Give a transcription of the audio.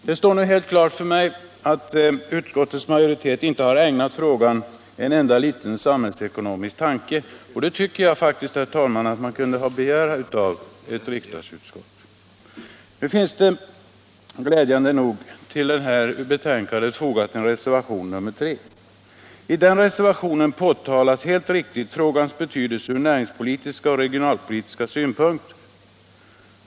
Det står nu helt klart för mig att utskottets majoritet inte har ägnat frågan en enda liten samhällsekonomisk tanke, och det tycker jag faktiskt, herr talman, att man skulle kunna begära av ett riksdagsutskott. Glädjande nog har till betänkandet fogats en reservation nr 3. I den reservationen påtalas helt riktigt frågans betydelse från näringspolitiska och regionalpolitiska synpunkter.